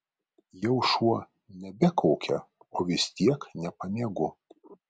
jau šuo nebekaukia o vis tiek nepamiegu